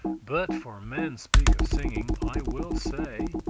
but, for men speak of singing, i will say,